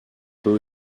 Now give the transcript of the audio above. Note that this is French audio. peut